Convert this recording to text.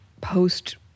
post